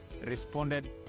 responded